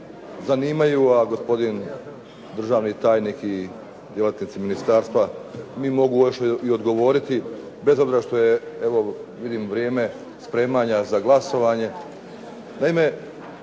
zanimaju a gospodin državni tajnik i djelatnici ministarstva mi mogu još i odgovoriti bez obzira što je evo vidim vrijeme spremanja za glasovanje.